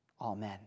Amen